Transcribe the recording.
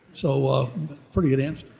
so pretty good answer.